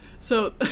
So-